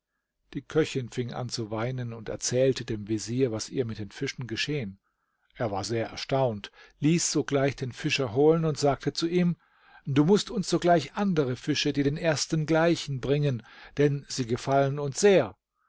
die köchin fing an zu weinen und erzählte dem vezier was ihr mit den fischen geschehen er war sehr erstaunt ließ sogleich den fischer holen und sagte zu ihm du mußt uns sogleich andere fische die den ersten gleichen bringen denn sie gefallen uns sehr